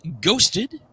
Ghosted